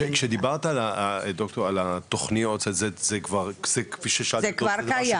כשדיברת על התוכניות זה כבר קיים?